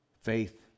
Faith